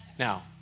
Now